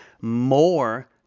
more